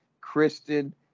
Kristen